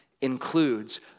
includes